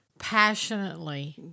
passionately